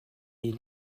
est